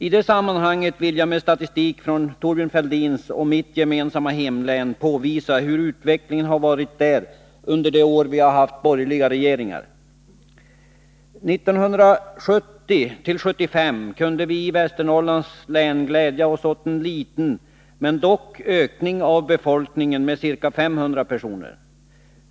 I det sammanhanget vill jag med statistik från Thorbjörn Fälldins och mitt gemensamma hemlän påvisa hur utvecklingen har varit där under de år vi har haft borgerliga regeringar. Åren 1970-1975 kunde vi i Västernorrlands län glädja oss åt en liten men dock ökning av befolkningen med ca 500 personer.